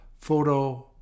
photo